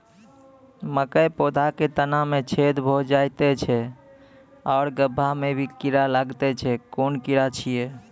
मकयक पौधा के तना मे छेद भो जायत छै आर गभ्भा मे भी कीड़ा लागतै छै कून कीड़ा छियै?